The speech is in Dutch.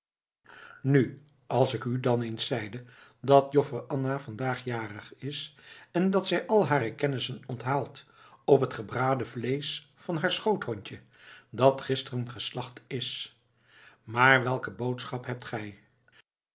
nu als ik u dan eens zeide dat joffer anna vandaag jarig is en dat zij al hare kennissen onthaalt op het gebraden vleesch van haar schoothondje dat gisteren geslacht is maar welke boodschap hebt gij